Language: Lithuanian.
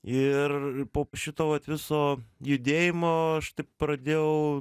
ir po šito viso judėjimo aš taip pradėjau